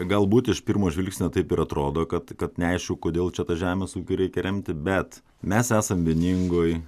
galbūt iš pirmo žvilgsnio taip ir atrodo kad kad neaišku kodėl čia tą žemės ūkį reikia remti bet mes esam vieningoj